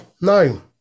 no